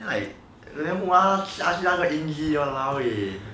then like then !wah! 那个 angie !walao! eh